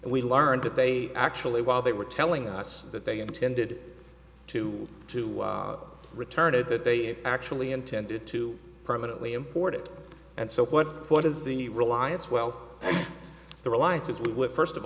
and we learned that they actually while they were telling us that they intended to to return it that they actually intended to permanently import it and so what what is the reliance well the reliance is we would first of